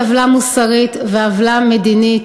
עוולה מוסרית ועוולה מדינית.